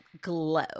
glow